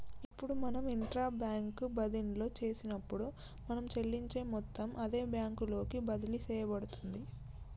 ఇప్పుడు మనం intra bank బదిన్లో చేసినప్పుడు మనం చెల్లించే మొత్తం అదే బ్యాంకు లోకి బదిలి సేయబడుతుంది